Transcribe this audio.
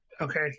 okay